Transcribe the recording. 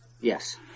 Yes